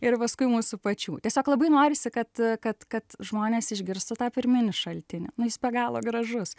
ir paskui mūsų pačių tiesiog labai norisi kad kad kad žmonės išgirstų tą pirminį šaltinį nu jis be galo gražus